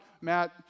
Matt